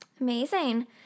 Amazing